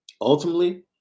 Ultimately